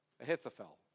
Ahithophel